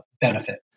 benefit